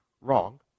wrong